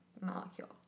molecule